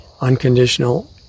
unconditional